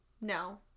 no